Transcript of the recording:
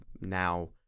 now